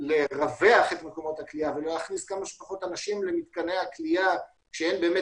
לרווח את מקומות הכליאה ולהכניס כמה שפחות אנשים למתקני הכליאה שאין באמת